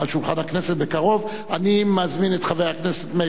של חברת הכנסת עינת וילף וחברי כנסת אחרים